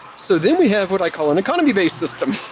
so then we have what i call an economy based system.